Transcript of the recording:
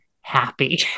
happy